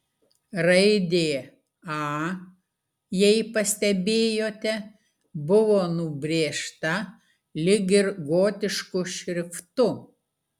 raidė a jei pastebėjote buvo nubrėžta lyg ir gotišku šriftu